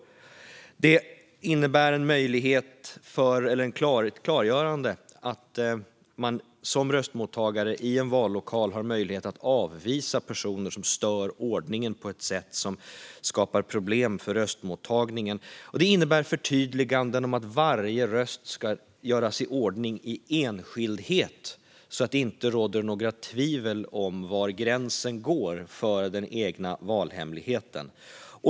Det innebär ett klargörande att man som röstmottagare i en vallokal har möjlighet att avvisa personer som stör ordningen på ett sätt som skapar problem för röstmottagningen. Det innebär förtydliganden om att varje röst ska göras i ordning i enskildhet så att det inte råder några tvivel om var gränsen går för den egna valhemligheten.